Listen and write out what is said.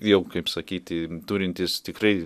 jau kaip sakyti turintis tikrai